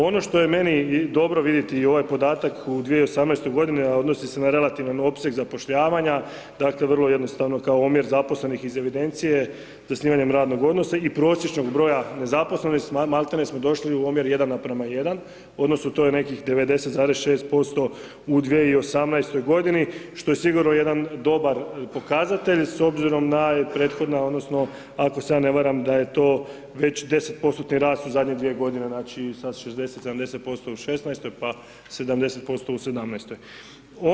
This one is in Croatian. Ono što je meni dobro vidjeti i ovaj podatak u 2018. godini, a odnosi se na relativan opseg zapošljavanja, dakle vrlo jednostavno kao omjer zaposlenih iz evidencije zasnivanjem radnog odnosa i prosječnog broja nezaposlenih, maltene smo došli u omjer 1:1, odnosno to je nekih 90,6% u 2018. godini, što je sigurno jedan dobar pokazatelj, s obzirom na prethodna odnosno ako se ja ne varam da je to već 10%-tni rast u zadnje dvije godine, znači sa 60, 70% u 2016.-toj, pa 70% u 2017.-oj.